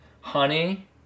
honey